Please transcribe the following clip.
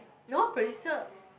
no prodcer